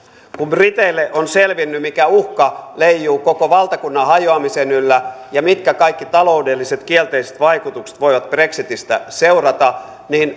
kun briteille on selvinnyt mikä uhka leijuu koko valtakunnan hajoamisen yllä ja mitkä kaikki taloudelliset kielteiset vaikutukset voivat brexitistä seurata